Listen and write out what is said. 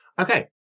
Okay